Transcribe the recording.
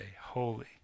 holy